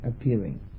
appearing